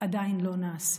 עדיין לא נעשה,